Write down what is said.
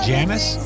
Jamis